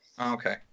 Okay